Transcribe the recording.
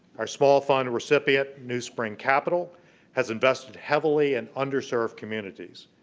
our small fund recipient, newspring capital has invested heavily in underserved communities.